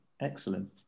Excellent